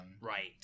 Right